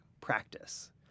practice